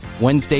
Wednesday